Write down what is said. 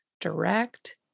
direct